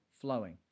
flowing